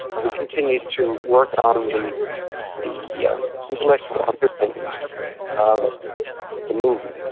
and we continued to work on the the yeah intellectual underpinnings of the movement,